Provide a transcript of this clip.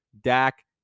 Dak